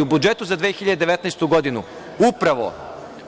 U budžetu za 2019. godinu upravo